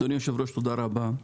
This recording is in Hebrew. אדוני היושב-ראש, תודה רבה.